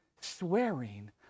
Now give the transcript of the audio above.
swearing